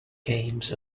games